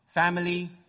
family